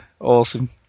Awesome